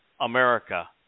America